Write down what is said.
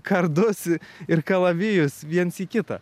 kardus ir kalavijus viens į kitą